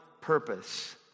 purpose